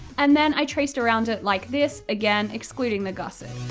and then i traced around it like this, again, excluding the gusset.